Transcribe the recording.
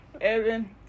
Evan